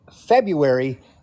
February